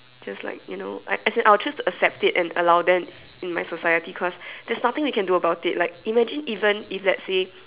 just like you know as I'll choose to accept it and allow them in my society because there's nothing they can do about it like imagine even if let's say